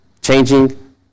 Changing